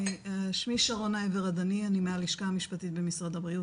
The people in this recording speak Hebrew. שמי שרונה עבר הדני אני מהלשכה המשפטית במשרד הבריאות,